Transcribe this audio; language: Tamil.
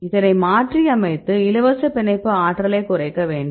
இதனை மாற்றி அமைத்து இலவச பிணைப்பு ஆற்றலைக் குறைக்க வேண்டும்